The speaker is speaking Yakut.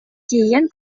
тиийэн